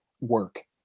work